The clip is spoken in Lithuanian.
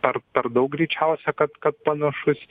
per per daug greičiausia kad kad panašus